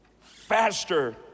faster